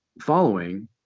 following